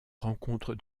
rencontre